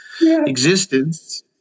existence